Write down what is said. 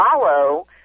follow